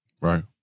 Right